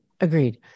agreed